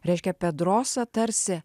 reiškia pedrosa tarsi